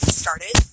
started